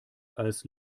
als